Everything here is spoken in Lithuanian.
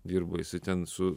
dirba jisai ten su